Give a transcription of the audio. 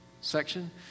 section